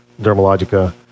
Dermalogica